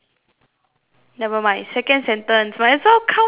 never mind second sentence might as well count [what]